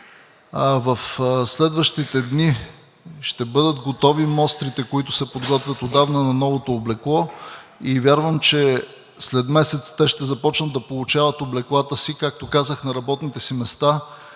В следващите дни ще бъдат готови мострите, които се подготвят отдавна, на новото облекло и вярвам, че след месец те ще започнат да получават облеклата си, както казах, на работните си места